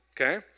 okay